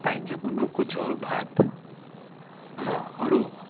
पाइन्छ गुन्द्रुकको झोल भात र अरू